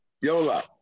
Yola